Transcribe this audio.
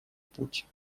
путь